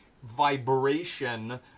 Vibration